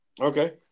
Okay